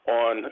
on